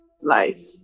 life